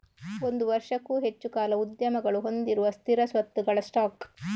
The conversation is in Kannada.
ಒಂದು ವರ್ಷಕ್ಕೂ ಹೆಚ್ಚು ಕಾಲ ಉದ್ಯಮಗಳು ಹೊಂದಿರುವ ಸ್ಥಿರ ಸ್ವತ್ತುಗಳ ಸ್ಟಾಕ್